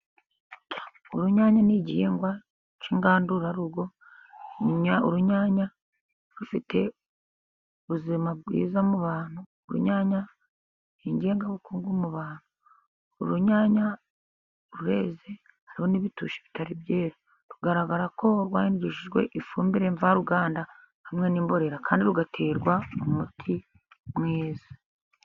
Urunyanya ni igihingwa cy'ingandurarugo, urunyanya rufite ubuzima bwiza mu bantu. Urunyanya ni ingengabukungu mu bantu. Urunyanya rureze hariho n'ibitusha bitari byera. Rugaragara ko rwahingishijwe ifumbire mvaruganda hamwe n'imborera, kandi rugaterwa umuti mwiza.